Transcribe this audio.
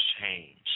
change